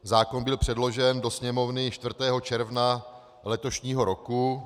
Zákon byl předložen do Sněmovny 4. června letošního roku.